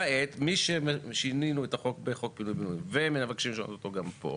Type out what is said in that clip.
כעת שינינו את החוק בחוק פינוי ובינוי ומבקשים לשנות אותו גם פה,